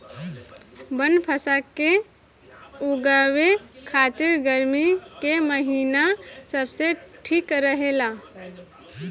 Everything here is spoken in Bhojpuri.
बनफशा के उगावे खातिर गर्मी के महिना सबसे ठीक रहेला